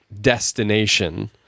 destination